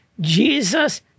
Jesus